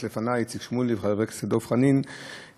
יש אנשים שמסתכלים על תחקיר,